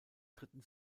dritten